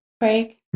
Craig